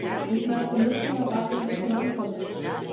juk mes pamiršome pagalves ir antklodes